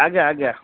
ଆଜ୍ଞା ଆଜ୍ଞା